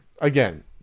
again